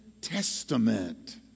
Testament